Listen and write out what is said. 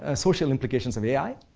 ah social implications of ai.